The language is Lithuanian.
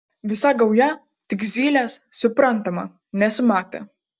visa gauja tik zylės suprantama nesimatė